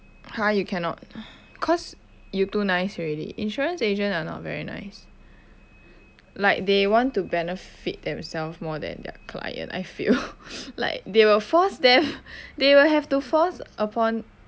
!huh! you cannot cause you too nice already insurance agent are not very nice like they want to benefit themselves more than their client I feel like they will force them they will have to force upon